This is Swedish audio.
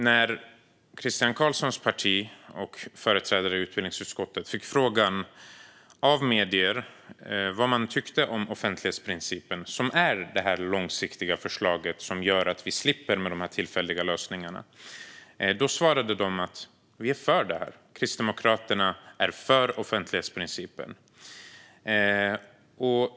När Christian Carlssons parti och dess företrädare i utbildningsutskottet fick frågan av medier vad man tyckte om offentlighetsprincipen - som är det här långsiktiga förslaget som gör att vi slipper tillfälliga lösningar - svarade de att de är för den. Kristdemokraterna är för offentlighetsprincipen.